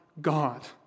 God